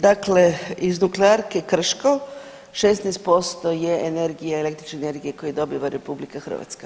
Dakle, iz Nuklearke Krško 16% je energije, električne energije koje dobiva RH.